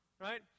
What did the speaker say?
right